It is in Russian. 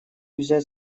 взять